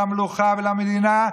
למלוכה ולמדינה,